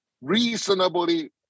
reasonably